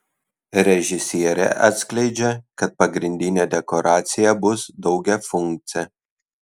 režisierė atskleidžia kad pagrindinė dekoracija bus daugiafunkcė